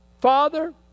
Father